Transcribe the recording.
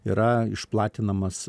yra išplatinamas